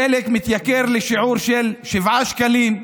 הדלק מתייקר לשיעור של 7 שקלים,